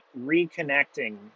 reconnecting